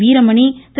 Veeramani Thiru